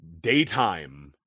Daytime